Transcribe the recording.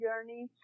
journey